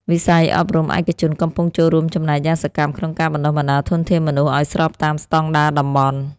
វិស័យអប់រំឯកជនកំពុងចូលរួមចំណែកយ៉ាងសកម្មក្នុងការបណ្តុះបណ្តាលធនធានមនុស្សឱ្យស្របតាមស្តង់ដារតំបន់។